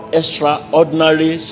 extraordinary